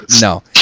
No